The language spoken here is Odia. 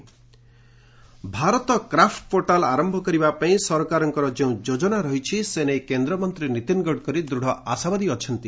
ନିତିନ୍ ଗଡକରୀ ଭାରତ କ୍ରାପୁ ପୋଟାଲ ଆରମ୍ଭ କରିବା ପାଇଁ ସରକାରଙ୍କର ଯେଉଁ ଯୋଜନା ରହିଛି ସେ ନେଇ କେନ୍ଦ୍ରମନ୍ତ୍ରୀ ନିତିନ୍ ଗଡକରୀ ଦୂଢ ଆଶାବାଦୀ ଅଛନ୍ତି